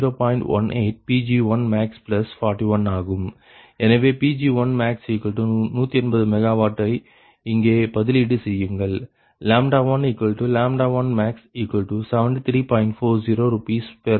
எனவே Pg1max180 MW வை இங்கே பதிலீடு செய்யுங்கள் 1 1max73